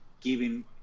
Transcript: giving